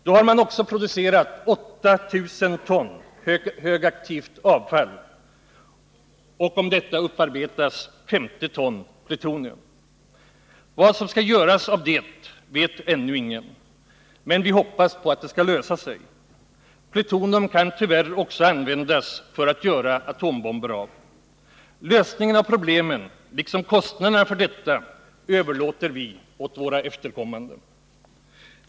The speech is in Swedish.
Då har man också producerat 8 000 ton högaktivt avfall och om detta upparbetas 50 ton plutonium. Vad som skall göras av detta vet ingen ännu, men vi hoppas att det skall lösa sig. Plutonium kan tyvärr också användas för tillverkning av atombomber. Lösningen av problemen, liksom kostnaderna, överlåter vi till våra efterkommande.